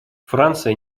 франция